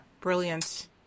Brilliant